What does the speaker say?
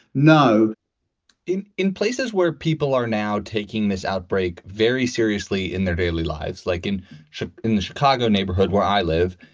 no in in places where people are now taking this outbreak very seriously in their daily lives, like in shop in the chicago neighborhood where i live.